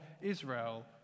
Israel